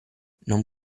non